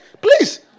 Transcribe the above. Please